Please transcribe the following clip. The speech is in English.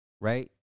right